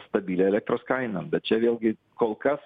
stabilią elektros kainą bet čia vėlgi kol kas